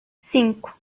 cinco